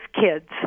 kids